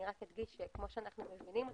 אני רק אדגיש שכמו שאנחנו מבינים אותו,